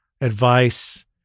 advice